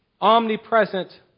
omnipresent